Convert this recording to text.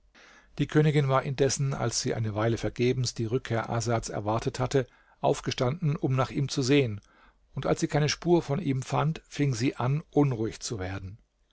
die königin war indessen als sie eine weile vergebens die rückkehr asads erwartet hatte aufgestanden um nach ihm zu sehen und als sie keine spur von ihm fand fing sie an unruhig zu werden